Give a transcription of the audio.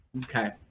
Okay